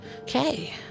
Okay